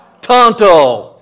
Tonto